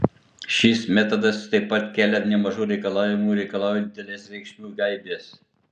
šis metodas taip pat kelia nemažų reikalavimų reikalauja didelės reikšmių aibės